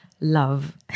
love